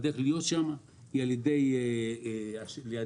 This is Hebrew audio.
כשהדרך להיות שם היא על ידי הפרטה.